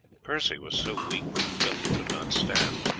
percy was so weak that he felt he could not stand.